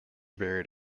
buried